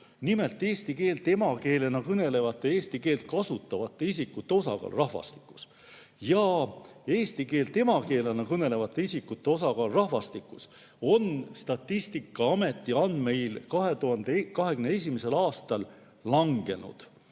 Nimelt, eesti keelt emakeelena kõnelevate ja eesti keelt kasutavate isikute osakaal rahvastikus. Eesti keelt emakeelena kõnelevate isikute osakaal rahvastikus Statistikaameti andmeil 2021. aastal langes.